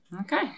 Okay